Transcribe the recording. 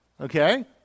okay